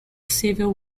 civil